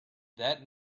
that